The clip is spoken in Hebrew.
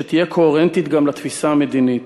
שתהיה קוהרנטית גם לתפיסה המדינית.